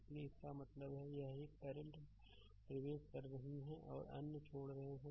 इसलिए इसका मतलब है एक करंट प्रवेश कर रही है अन्य छोड़ रहे हैं